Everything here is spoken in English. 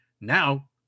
Now